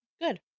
good